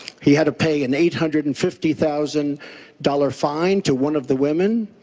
he had to pay an eight hundred and fifty thousand dollars fine to one of the women.